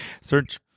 Search